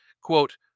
quote